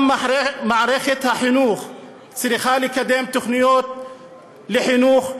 גם מערכת החינוך צריכה לקדם תוכניות לחינוך,